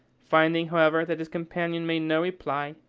finding, however, that his companion made no reply,